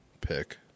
pick